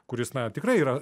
kuris na tikrai yra